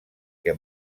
que